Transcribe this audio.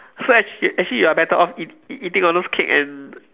so ac~ actually you are better off eat eating all those cake and